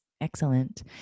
Excellent